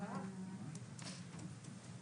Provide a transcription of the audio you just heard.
בכנסת